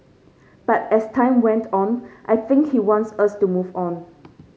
but as time went on I think he wants us to move on